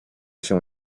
się